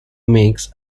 makes